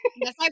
Yes